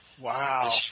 Wow